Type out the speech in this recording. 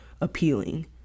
appealing